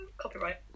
Copyright